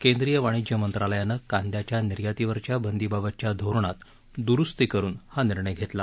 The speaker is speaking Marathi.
केंद्रीय वाणिज्य मंत्रालयानं कांद्याच्या निर्यातीवरच्या बंदीबाबतच्या धोरणात दुरुस्ती करुन हा निर्णय घेतला